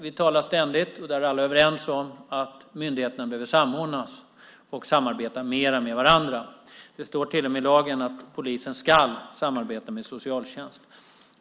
Vi är alla överens om och talar ständigt om att myndigheterna behöver samordnas och samarbeta mer med varandra. Det står till och med i lagen att polisen ska samarbeta med socialtjänsten.